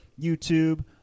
youtube